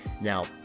Now